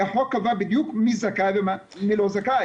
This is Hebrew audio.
כי החוק קבע בדיוק מי זכאי ומי לא זכאי.